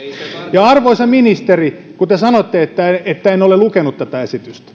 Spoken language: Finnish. arvoisa ministeri kun te sanoitte että en että en ole lukenut tätä esitystä